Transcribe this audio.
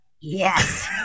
Yes